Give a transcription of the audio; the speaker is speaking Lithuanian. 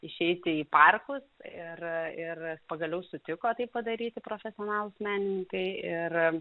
išeiti į parkus ir ir pagaliau sutiko tai padaryti profesionalūs menininkai ir